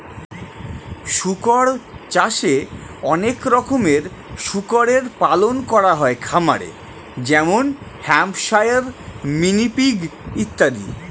শুকর চাষে অনেক রকমের শুকরের পালন করা হয় খামারে যেমন হ্যাম্পশায়ার, মিনি পিগ ইত্যাদি